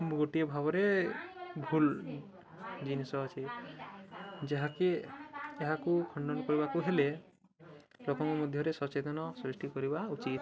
ଗୋଟିଏ ଭାବରେ ଭୁଲ୍ ଜିନିଷ ଅଛି ଯାହାକି ଏହାକୁ ଖଣ୍ଡନ କରିବାକୁ ହେଲେ ଲୋକଙ୍କ ମଧ୍ୟରେ ସଚେତନ ସୃଷ୍ଟି କରିବା ଉଚିତ୍